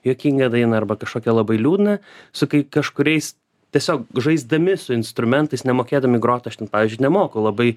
juokingą dainą arba kažkokią labai liūdną su kai kažkuriais tiesiog žaisdami su instrumentais nemokėdam groti aš ten pavyzdžiui nemoku labai